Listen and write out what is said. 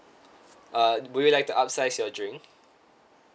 uh would you like to upsize your drink